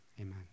Amen